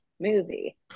movie